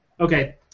Okay